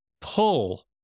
pull